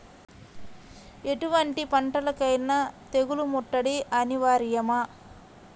ఎటువంటి పంటలకైన తెగులు ముట్టడి అనివార్యమా?